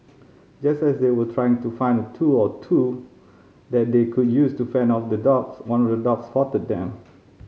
just as they were trying to find a tool or two that they could use to fend off the dogs one of the dogs spotted them